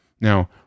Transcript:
Now